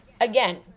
again